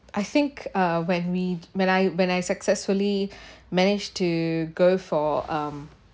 I think uh when we when I when I successfully manage to go for um